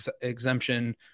exemption